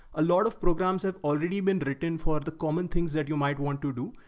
a lot of programs have already been written for the common things that you might want to do.